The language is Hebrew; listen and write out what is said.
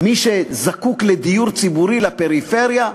מי שזקוק לדיור ציבורי לפריפריה,